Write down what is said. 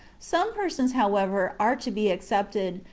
some persons, however, are to be excepted,